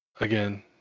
again